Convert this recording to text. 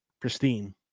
pristine